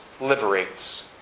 liberates